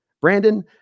Brandon